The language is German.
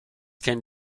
kennt